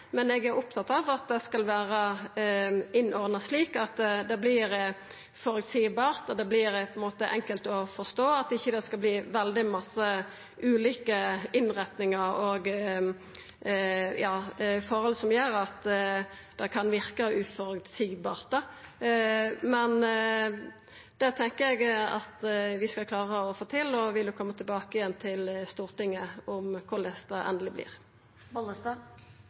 men eg er opptatt av at det skal vera innordna slik at det vert føreseieleg og enkelt å forstå, at det ikkje skal verta veldig masse ulike innretningar og forhold som gjer at det kan verka uføreseieleg. Men det tenkjer eg at vi skal klara å få til og vil koma tilbake igjen til Stortinget med korleis det endeleg